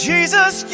Jesus